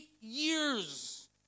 years